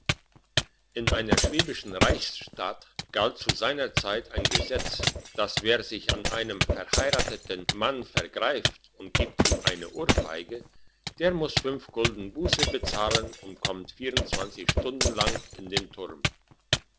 in einer schwäbischen reichsstadt galt zu seiner zeit ein gesetz dass wer sich an einem verheirateten mann vergreift und gibt ihm eine ohrfeige der muss gulden busse bezahlen und kommt stunden lang in den turn